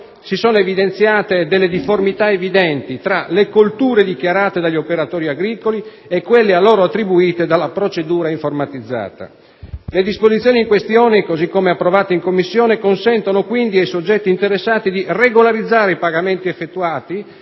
si sono evidenziate difformità evidenti tra le colture dichiarate dagli operatori agricoli e quelle a loro attribuite dalla procedura informatizzata. Le disposizioni in questione, come approvate in Commissione, consentono quindi ai soggetti interessati di regolarizzare i pagamenti effettuati,